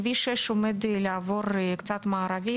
כביש 6 עומד לעבור מערבית.